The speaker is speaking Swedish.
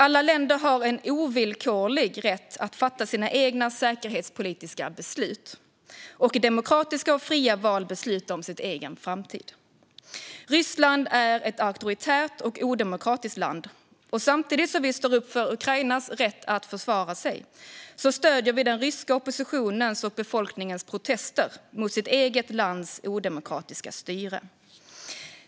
Alla länder har en ovillkorlig rätt att fatta sina egna säkerhetspolitiska beslut och i demokratiska och fria val besluta om sin egen framtid. Ryssland är ett auktoritärt och odemokratiskt land. Samtidigt som vi står upp för Ukrainas rätt att försvara sig stöder vi den ryska oppositionens och befolkningens protester mot sitt eget lands odemokratiska styre.